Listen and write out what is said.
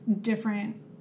different